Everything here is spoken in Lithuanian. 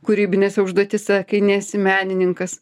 kūrybinėse užduotyse kai nesi menininkas